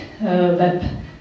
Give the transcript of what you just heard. web